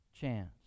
chance